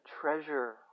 treasure